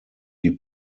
die